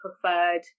preferred